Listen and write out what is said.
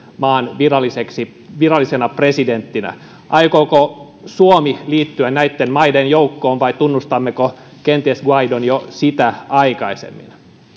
maan virallisena presidenttinä aikooko suomi liittyä näitten maiden joukkoon vai tunnustammeko kenties guaidon jo sitä aikaisemmin